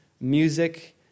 music